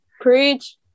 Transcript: preach